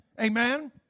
Amen